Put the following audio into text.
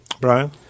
Brian